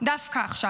דווקא עכשיו.